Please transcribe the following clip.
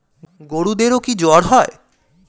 গরুদেরও কি জ্বর হয়?